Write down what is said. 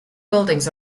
buildings